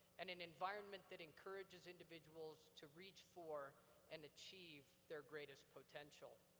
and an environment that encourages individuals to reach for and achieve their greatest potential.